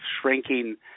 shrinking